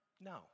No